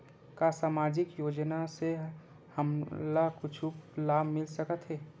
का सामाजिक योजना से हमन ला कुछु लाभ मिल सकत हे?